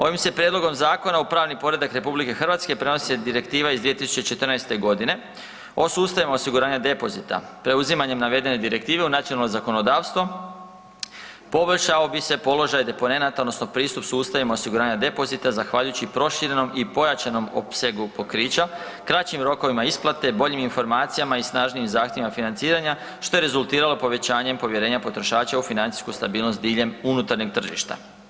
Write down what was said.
Ovim se prijedlogom zakona u pravni poredak RH prenose direktiva iz 2014. g. o sustavima osiguranja depozita preuzimanjem navedene direktive u nacionalno zakonodavstvo poboljšao bi se položaj deponenata odnosno pristup sustavima osiguranja depozita zahvaljujući proširenom i pojačanom opsegu pokrića, kraćim rokovima isplate, boljim informacijama i snažnijim zahtjevima financiranja, što je rezultiralo povećanjem povjerenja potrošača u financijsku stabilnost diljem unutarnjeg tržišta.